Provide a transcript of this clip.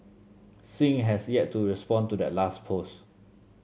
Singh has yet to respond to that last post